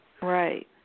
Right